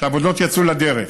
שהעבודות יצאו לדרך.